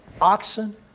oxen